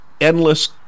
endless